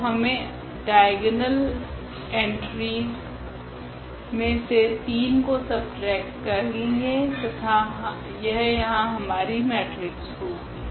तो हमे diagonal entries मे से 3 को सबट्रेक्ट करेगे तथा यह यहाँ हमारी मेट्रिक्स होगी